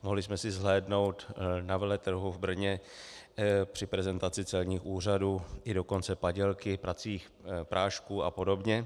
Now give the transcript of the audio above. Mohli jsme si zhlédnout na veletrhu v Brně při prezentaci celních úřadů i dokonce padělky pracích prášků a podobně.